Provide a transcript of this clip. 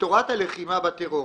לתורת הלחימה בטרור.